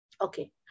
Okay